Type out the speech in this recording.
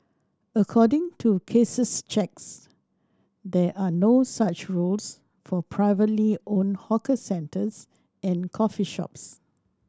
according to Case's checks there are no such rules for privately owned hawker centres and coffee shops